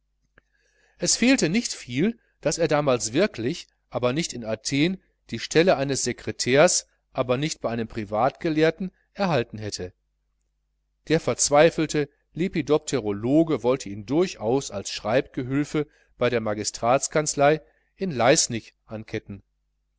es fehlte nicht viel daß er damals wirklich aber nicht in athen die stelle eines sekretärs aber nicht bei einem privatgelehrten erhalten hätte der verzweifelte lepidopterologe wollte ihn durchaus als schreibgehülfe bei der magistratskanzlei in leißnig anketten